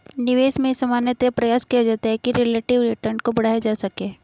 निवेश में सामान्यतया प्रयास किया जाता है कि रिलेटिव रिटर्न को बढ़ाया जा सके